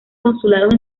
consulados